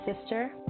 sister